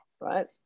Right